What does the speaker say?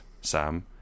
Sam